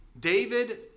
David